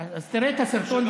תראה את הסרטון,